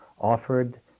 offered